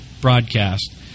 broadcast